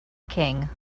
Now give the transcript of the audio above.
king